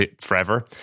forever